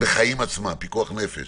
בחיים עצמם, פיקוח נפש